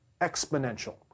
Exponential